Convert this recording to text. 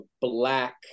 Black